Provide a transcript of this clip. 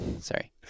Sorry